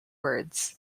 words